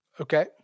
Okay